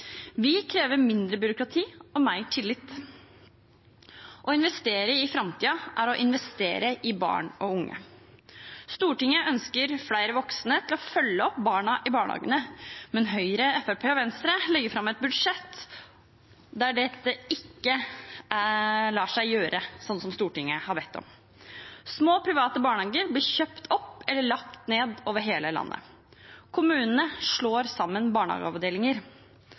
Vi krever mindre byråkrati og mer tillit. Å investere i framtiden er å investere i barn og unge. Stortinget ønsker flere voksne til å følge opp barna i barnehagene, men Høyre, Fremskrittspartiet og Venstre legger fram et budsjett som gjør at dette ikke lar seg gjøre, slik som Stortinget har bedt om. Små private barnehager blir kjøpt opp eller lagt ned over hele landet. Kommunene slår sammen barnehageavdelinger.